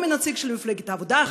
לא מנציג של מפלגת העבודה,